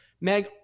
Meg